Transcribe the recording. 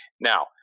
Now